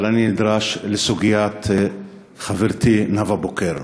אבל אני נדרש לסוגיית חברתי נאוה בוקר.